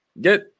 Get